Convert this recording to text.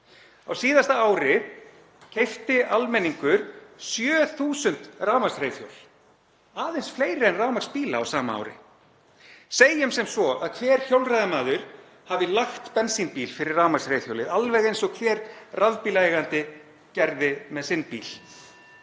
Á síðasta ári keypti almenningur 7.000 rafmagnsreiðhjól, aðeins fleiri en rafmagnsbíla á sama ári. Segjum sem svo að hver hjólreiðamaður hafi lagt bensínbíl fyrir rafmagnsreiðhjólið, alveg eins og hver rafbílaeigandi gerði með sinn bíl;